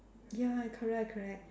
ya correct correct